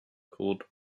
called